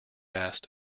asked